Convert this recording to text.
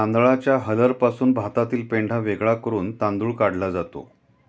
तांदळाच्या हलरपासून भातातील पेंढा वेगळा करून तांदूळ काढला जातो